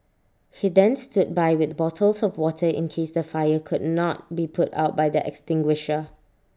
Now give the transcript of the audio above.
he then stood by with bottles of water in case the fire could not be put out by the extinguisher